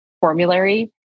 formulary